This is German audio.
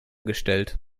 gestellt